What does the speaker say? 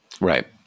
Right